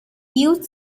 use